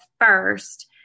first